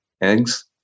eggs